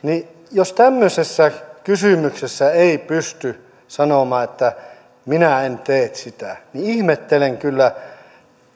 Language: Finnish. jos tämmöisessä kysymyksessä ei pysty sanomaan että minä en tee sitä niin ihmettelen kyllä